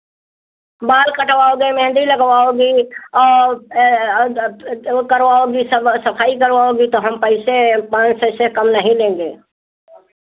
बाल कटवाओगी मेहँदी लगवाओगी औ वो करवाओगी सब सफाई करवाओगी तो हम पैसे पाँच सौ से कम नहीं लेंगे